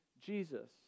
Jesus